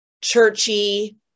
churchy